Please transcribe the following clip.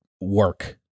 work